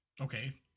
Okay